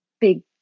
big